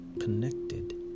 connected